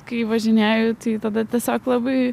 kai važinėju tai tada tiesiog labai